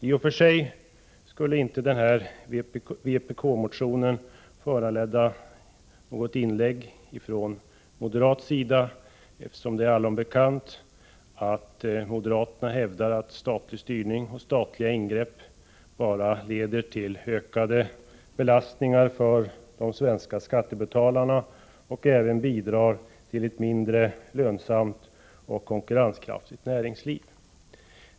I och för sig skulle inte vpk-motionen föranleda något inlägg från moderat sida, eftersom det är allom bekant att moderaterna hävdar att statlig styrning och statliga ingrepp bara leder till en ökad belastning för de svenska skattebetalarna och även bidrar till ett mindre lönsamt och konkurrenskraftigt näringsliv.